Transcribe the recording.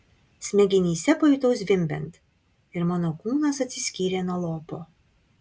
smegenyse pajutau zvimbiant ir mano kūnas atsiskyrė nuo lopo